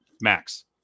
max